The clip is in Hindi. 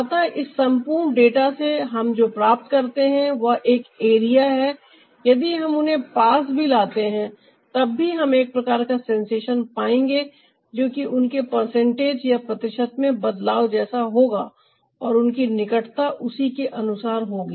अतः इस संपूर्ण डाटा से हम जो प्राप्त करते हैं वह एक एरिया है यदि हम उन्हें पास भी लाते हैं तब भी हम एक प्रकार का सेंसेशन पाएंगे जो कि उनके परसेंटेज या प्रतिशत में बदलाव जैसा होगा और उनकी निकटता उसी के अनुसार होगी